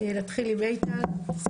איתן הורן,